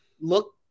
look